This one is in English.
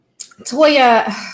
Toya